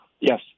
Yes